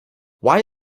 why